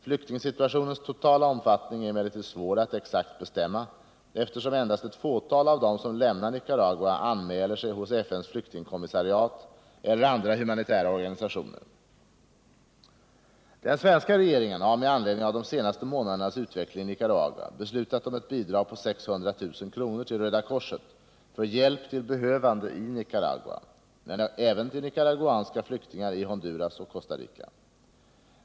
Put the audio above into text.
Flyktingsituationens totala omfattning är emellertid svår att exakt bestämma eftersom endast ett fåtal av dem som lämnar Nicaragua anmäler sig hos FN:s flyktingkommissariat eller andra humanitära organisationer. Den svenska regeringen har med anledning av de senaste månadernas utveckling i Nicaragua beslutat om ett bidrag på 600 000 kr. till Röda korset för hjälp till behövande i Nicaragua, men även till nicaraguanska flyktingar i Honduras och Costa Rica.